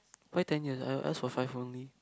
why ten years I I ask for five only